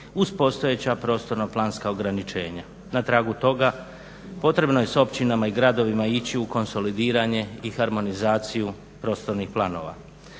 uz postojeća prostorno-planska ograničenja. Na tragu toga potrebno je s općinama i gradovima ići u konsolidiranje i harmonizaciju prostornih planova.